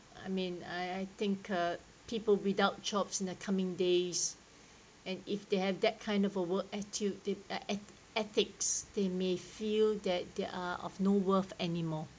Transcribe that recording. I mean I I think uh people without jobs in the coming days and if they have that kind of a work attitude they et~ ethics they may feel that there are of no worth anymore